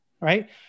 right